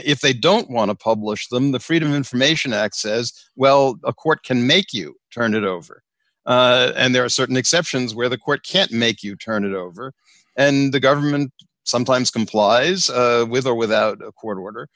if they don't want to publish them the freedom of information act says well a court can make you turn it over and there are certain exceptions where the court can't make you turn it over and the government sometimes complies with or without a court order